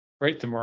Right